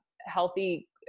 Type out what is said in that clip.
healthy